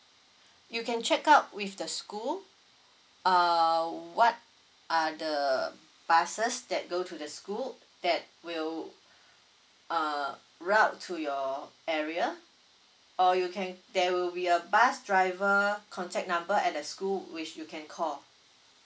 you can check out with the school uh what are the buses that go to the school that will uh route to your area or you can there will be a bus driver contact number at the school which you can call